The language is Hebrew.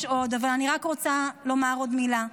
יש עוד, אבל אני רק רוצה לומר עוד מילה.